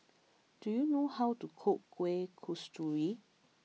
do you know how to cook Kueh Kasturi